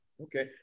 Okay